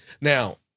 Now